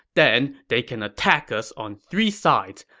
then they can attack us on three sides.